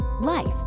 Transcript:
life